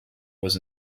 was